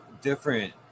different